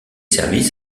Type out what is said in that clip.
services